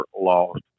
lost